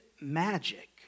magic